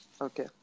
Okay